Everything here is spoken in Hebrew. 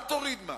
אל תוריד מס,